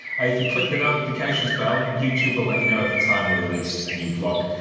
ah if you click the notifications bell, youtube will let you know every time we release a new vlog.